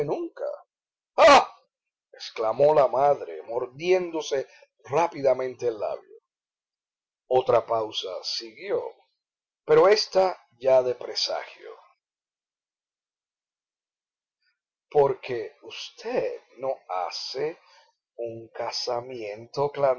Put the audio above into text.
exclamó sólo la madre mordiéndose rápidamente el labio otra pausa siguió pero ésta ya de presagio porque usted no hace un casamiento